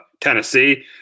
Tennessee